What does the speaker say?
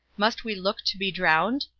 must we look to be drowned?